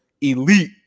elite